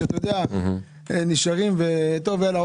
שנשארים ואומרים "יאללה,